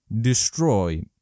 destroy